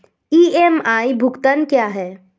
EMI भुगतान क्या है?